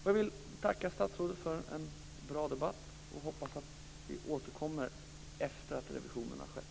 Jag vill tacka statsrådet för en bra debatt, och jag hoppas att vi återkommer efter att revisionen har skett.